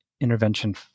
intervention